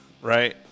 Right